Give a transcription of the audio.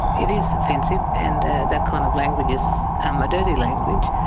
it is offensive, and that kind of language is um a dirty language.